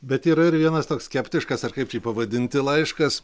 bet yra ir vienas toks skeptiškas ar kaip čia jį pavadinti laiškas